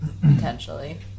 potentially